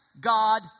God